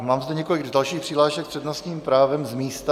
Mám zde několik dalších přihlášek s přednostním právem z místa.